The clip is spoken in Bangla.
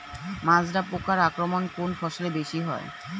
মাজরা পোকার আক্রমণ কোন ফসলে বেশি হয়?